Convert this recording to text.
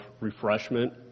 refreshment